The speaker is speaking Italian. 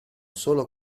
solo